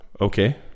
Okay